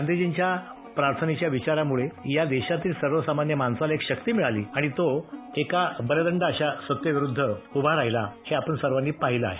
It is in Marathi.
गांधीजींच्या प्रार्थनेच्या विचारांमुळे या देशातील सर्वसामान्य माणसाला एक शक्ती मिळाली आणि तो एका बलदंड अशा सत्तेविरूद्ध उभा राहिला हे आपण सर्वांनी पाहिलं आहे